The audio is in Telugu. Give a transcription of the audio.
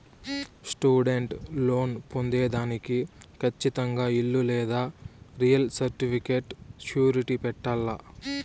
స్టూడెంట్ లోన్ పొందేదానికి కచ్చితంగా ఇల్లు లేదా రియల్ సర్టిఫికేట్ సూరిటీ పెట్టాల్ల